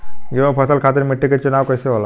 गेंहू फसल खातिर मिट्टी के चुनाव कईसे होला?